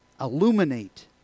illuminate